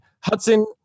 Hudson